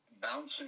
bouncing